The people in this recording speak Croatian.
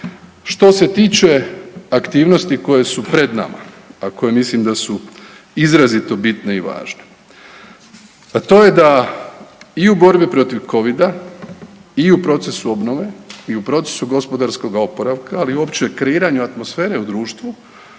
Što se tiče aktivnosti koje su pred nama, a koje mislim da su izrazito bitne i važne, a to je da i u borbi protiv Covida i u procesu obnove i u procesu gospodarskoga oporavka ali uopće i kreiranju atmosfere u društvu